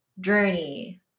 journey